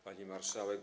Pani Marszałek!